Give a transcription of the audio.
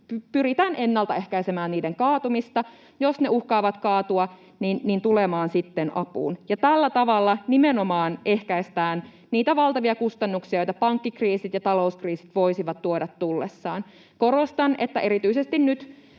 pyritään ennaltaehkäisemään tällaisten pankkien kaatumista ja, jos ne uhkaavat kaatua, tulemaan sitten apuun. Tällä tavalla nimenomaan ehkäistään niitä valtavia kustannuksia, joita pankkikriisit ja talouskriisit voisivat tuoda tullessaan. Korostan, että erityisesti nyt